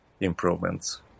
improvements